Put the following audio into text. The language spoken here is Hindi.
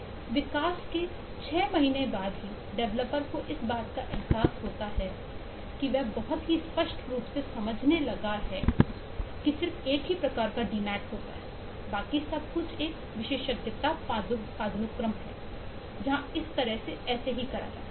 विकास के साथ से 6 महीने के बाद डेवलपर को इस बात का एहसास होता है वह बहुत ही स्पष्ट रूप से समझने लगता है कि सिर्फ एक ही प्रकार का डीमैट होता है बाकी सब कुछ एक विशेषज्ञता पदानुक्रम है जहां इस तरह से ऐसे करा जा सकता है